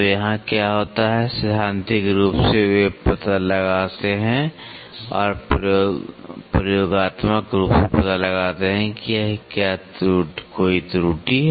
तो यहाँ क्या होता है सैद्धांतिक रूप से वे पता लगाते हैं और प्रयोगात्मक रूप से पता लगाते हैं कि क्या कोई त्रुटि है